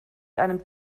einem